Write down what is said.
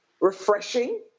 refreshing